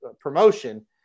promotion